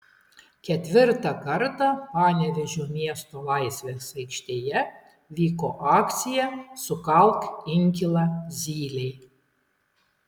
ketvirtą kartą panevėžio miesto laisvės aikštėje vyko akcija sukalk inkilą zylei